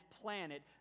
planet